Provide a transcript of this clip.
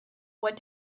what